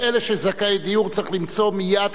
לאלה שהם זכאי דיור צריך למצוא מייד,